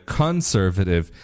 conservative